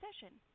session